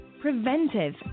preventive